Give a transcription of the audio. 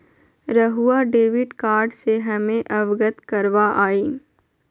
रहुआ debit card से हमें अवगत करवाआई?